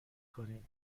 کنیم